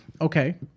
Okay